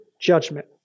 Judgment